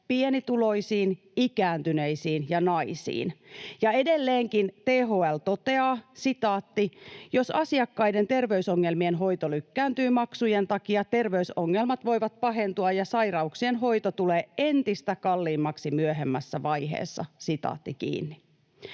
pienituloisiin, ikääntyneisiin ja naisiin. Ja edelleenkin THL toteaa: ”Jos asiakkaiden terveysongelmien hoito lykkääntyy maksujen takia, terveysongelmat voivat pahentua ja sairauksien hoito tulee entistä kalliimmaksi myöhemmässä vaiheessa.” Näyttääkin